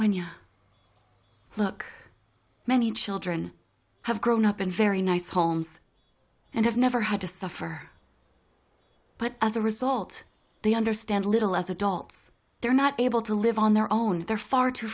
when you look many children have grown up in very nice homes and have never had to suffer but as a result they understand little as adults they're not able to live on their own they're far too